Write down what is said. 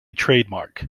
trademark